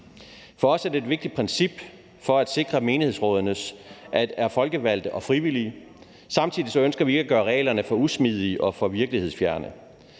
For os er det et vigtigt princip for at sikre, at menighedsrådenes medlemmer er folkevalgte og frivillige. Samtidig ønsker vi ikke at gøre reglerne for usmidige og for virkelighedsfjerne.